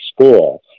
school